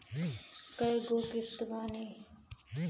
कय गो किस्त बानी?